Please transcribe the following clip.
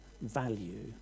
value